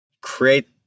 create